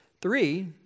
Three